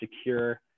secure